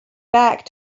back